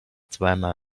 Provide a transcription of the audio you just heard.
zweimal